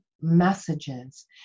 messages